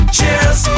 Cheers